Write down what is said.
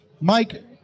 Mike